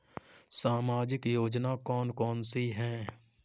सामाजिक योजना कौन कौन सी हैं?